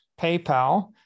PayPal